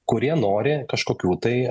kurie nori kažkokių tai